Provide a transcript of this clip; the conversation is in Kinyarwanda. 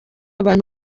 abantu